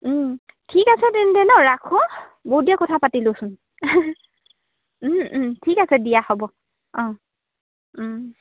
ঠিক আছে তেন্তে নহ্ ৰাখোঁ বহুত দেৰি কথা পাতিলোঁচোন ঠিক আছে দিয়া হ'ব অঁ